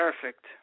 perfect